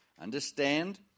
understand